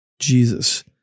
Jesus